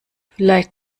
vielleicht